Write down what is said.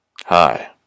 Hi